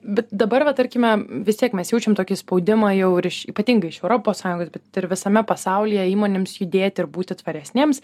bet dabar va tarkime vis tiek mes jaučiam tokį spaudimą jau ypatingai iš europos sąjungos bet ir visame pasaulyje įmonėms judėti ir būti tvaresnėms